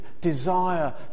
desire